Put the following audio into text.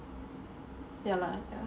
ya lah ya